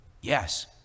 yes